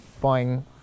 buying